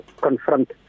confront